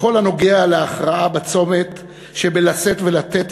בכל הנוגע להכרעה בצומת שבלשאת-ולתת